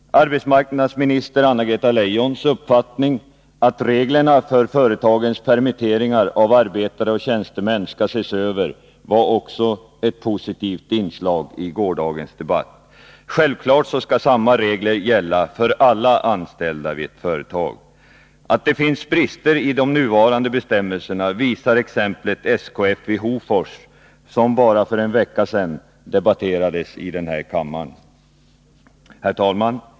Arbetsminister Anna-Greta Leijons uppfattning att reglerna för företagens permitteringar av arbetare och tjänstemän skall ses över var också ett positivt inslag i gårdagens debatt. Självklart skall samma regler gälla för alla anställda vid ett företag. Att det finns brister i de nuvarande bestämmelserna visar exemplet SKF i Hofors, som bara för en vecka sedan debatterades i denna kammare. Herr talman!